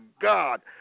God